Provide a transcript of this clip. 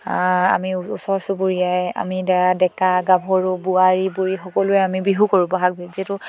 আমি ওচৰ চুবুৰীয়াই আমি ডেকা গাভৰু বোৱাৰী বুঢ়ী সকলোৱে আমি বিহু কৰোঁ বহাগ বিহু যিহেতু